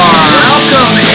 Welcome